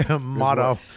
motto